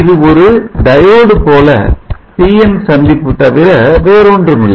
இது ஒரு diode போல பிஎன் PN சந்திப்பு தவிர வேறொன்றுமில்லை